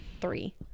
three